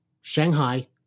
Shanghai